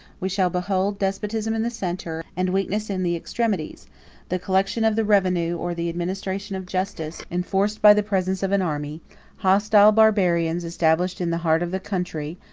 we shall behold despotism in the centre, and weakness in the extremities the collection of the revenue, or the administration of justice, enforced by the presence of an army hostile barbarians established in the heart of the country,